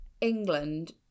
England